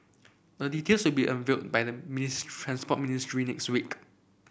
the details will be unveiled by the Transport Ministry next week